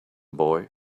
boy